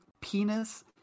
penis